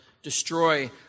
destroy